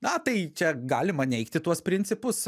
na tai čia galima neigti tuos principus